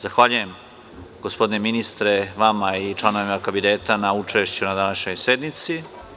Zahvaljujem gospodine ministre vama i članovima Kabineta na učešću na današnjoj sednici.